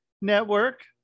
network